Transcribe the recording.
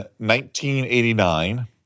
1989